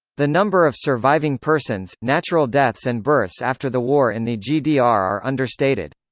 the number of surviving persons, natural deaths and births after the war in the gdr are understated.